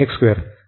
होतो